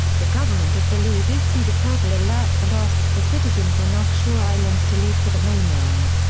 the government of belize issued a purple alert and asked for citizens on offshore islands to leave for the mainland.